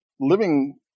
living